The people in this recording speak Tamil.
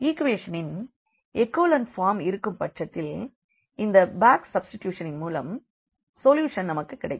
ஈக்குவேஷனின் எகோலன் ஃபார்ம் இருக்கும் பட்சத்தில் இந்த பேக் சப்ஸ்டிடியூஷனின் மூலம் சொல்யூஷன் நமக்கு கிடைக்கும்